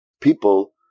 people